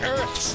Earth